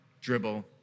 dribble